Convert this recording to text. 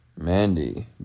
Mandy